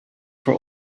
for